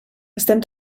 estem